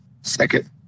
Second